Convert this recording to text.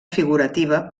figurativa